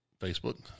Facebook